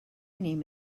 name